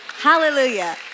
hallelujah